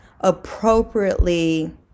appropriately